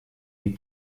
die